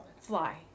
Fly